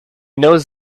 knows